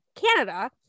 Canada